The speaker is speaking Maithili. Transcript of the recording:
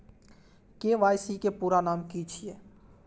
के.वाई.सी के पूरा नाम की छिय?